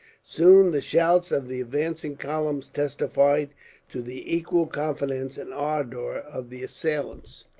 soon the shouts of the advancing columns testified to the equal confidence and ardour of the assailants.